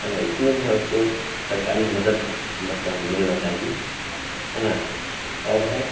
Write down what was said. है ना इसमें जो है उसको सरकारी मदद मतलब मिलना चाहिए है ना और है